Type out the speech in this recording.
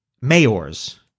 Mayors